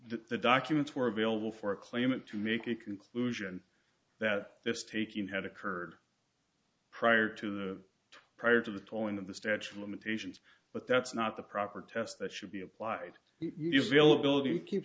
the documents were available for a claimant to make a conclusion that this teaching had occurred prior to the prior to the tolling of the statute of limitations but that's not the proper test that should be applied you feel ability to keep